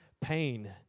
pain